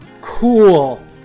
cool